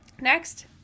Next